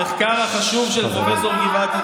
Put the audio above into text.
המחקר החשוב של פרופ' גבעתי,